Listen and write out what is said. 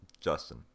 Justin